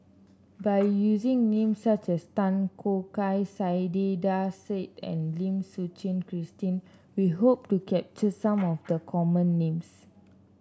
by using names such as Tan Choo Kai Saiedah Said and Lim Suchen Christine we hope to capture some of the common names